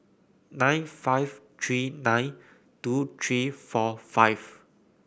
nine five three nine two three four five